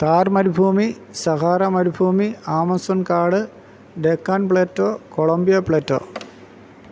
ഥാർ മരുഭൂമി സഹാറ മരുഭൂമി ആമസോൺ കാട് ഡക്കാൻ പ്ലേറ്റൊ കോളമ്പിയ പ്ലേറ്റൊ